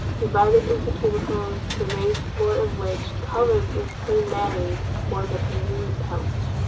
divided into cubicles the raised floor of which, covered with clean matting, formed a convenient couch.